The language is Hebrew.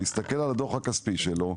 להסתכל על הדו"ח הכספי שלו,